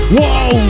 Whoa